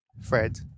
Fred